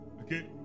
okay